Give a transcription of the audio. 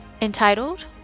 entitled